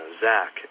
Zach